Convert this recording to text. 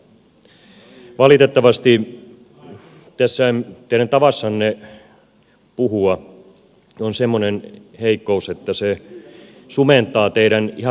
valitettavasti tässä teidän tavassanne puhua on semmoinen heikkous että se sumentaa teidän ihan vilpittömän vaihtoehtonne